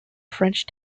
french